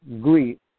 greet